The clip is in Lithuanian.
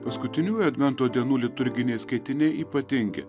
paskutiniųjų advento dienų liturginiai skaitiniai ypatingi